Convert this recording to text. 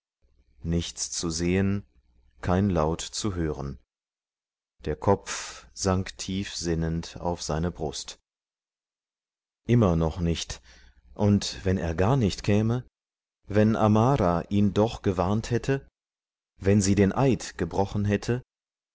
nichts zu sehen kein laut zu hören der kopf sank tiefsinnend auf seine brust immer noch nicht und wenn er gar nicht käme wenn amara ihn doch gewarnt hätte wenn sie den eid gebrochen hätte